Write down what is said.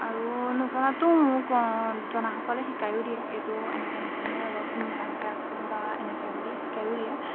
আৰু নজনাটো মোক জনাসকলে শিকাইও দিয়ে এইটো এনেকৈ নহয় অলপ ভালকৈ আকৌ বা এনেকৈ বুলি শিকাইও দিয়ে